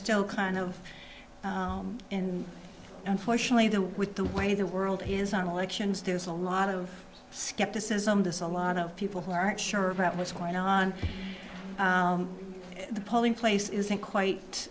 still kind of in unfortunately the with the way the world is on elections there's a lot of skepticism this a lot of people who aren't sure about what's going on the polling place isn't quite